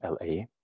LA